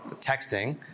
texting